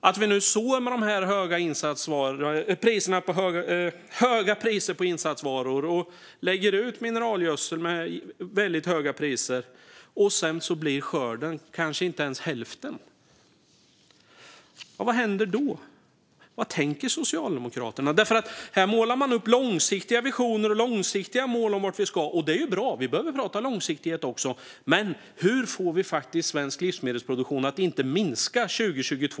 Man sår nu när det är höga priser på insatsvaror och lägger ut mineralgödsel som det är väldigt höga priser på, men sedan blir skörden kanske inte ens hälften. Vad händer då? Vad tänker Socialdemokraterna? Här målar Socialdemokraterna upp långsiktiga visioner och långsiktiga mål om vart vi ska, och det är bra. Vi behöver prata om långsiktighet också. Men, fru talman, hur får vi svensk livsmedelsproduktion att inte minska 2022?